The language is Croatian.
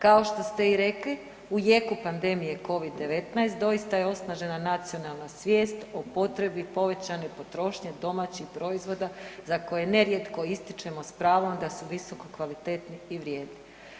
Kao što ste i rekli, u jeku pandemije covid-19 doista je osnažena nacionalna svijest o potrebi povećane potrošnje domaćih proizvoda za koje nerijetko ističemo s pravom da su visoko kvalitetni i vrijedni.